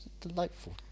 Delightful